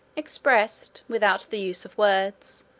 expressed, without the use of words,